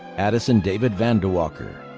addison david van de walker.